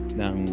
ng